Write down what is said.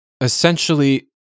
essentially